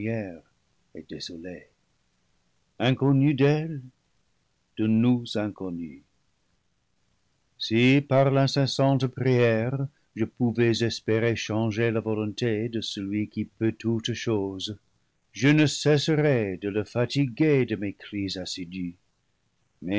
et désolées inconnus d'elles de nous inconnues si par l'incessante prière je pouvais espérer changer la vo lonté de celui qui peut toutes choses je ne cesserais de le fatiguer de mes cris assidus